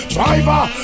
Driver